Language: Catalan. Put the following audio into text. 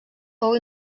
fou